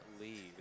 lead